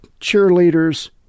cheerleaders